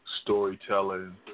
storytelling